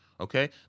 okay